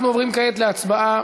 אנחנו עוברים כעת להצבעה